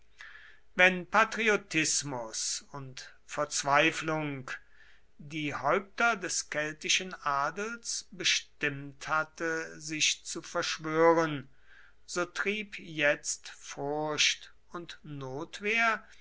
wenn patriotismus und verzweiflung die häupter des keltischen adels bestimmt hatte sich zu verschwören so trieb jetzt furcht und notwehr